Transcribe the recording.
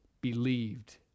believed